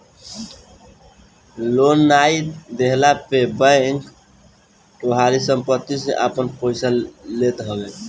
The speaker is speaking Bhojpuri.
लोन नाइ देहला पे बैंक तोहारी सम्पत्ति से आपन पईसा लेत हवे